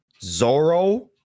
zoro